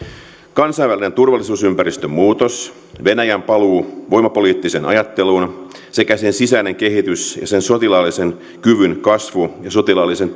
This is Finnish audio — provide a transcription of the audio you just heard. kansainvälisen turvallisuusympäristön muutos venäjän paluu voimapoliittiseen ajatteluun sekä sen sisäinen kehitys ja sen sotilaallisen kyvyn kasvu ja sotilaallisen